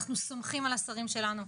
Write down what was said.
אנחנו סומכים על השרים שלנו.